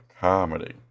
comedy